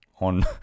on